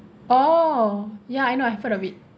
oh ya I know I've heard of it